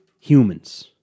humans